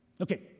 Okay